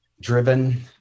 Driven